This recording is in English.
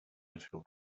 difficult